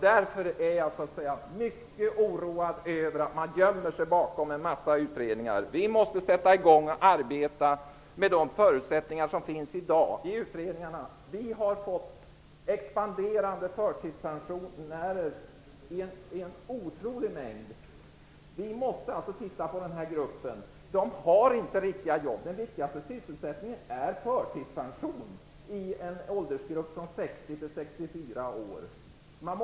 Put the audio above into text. Därför är jag mycket oroad över att man gömmer sig bakom en massa utredningar. Vi måste sätta i gång att arbeta med de förutsättningar som i dag finns i utredningarna. Antalet förtidspensionärer har expanderat i en otrolig omfattning. Vi måste se på denna grupp som inte har riktiga jobb. Den viktigaste sysselsättningen för åldersgruppen 60--64 år är förtidspension.